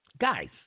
guys